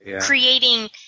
creating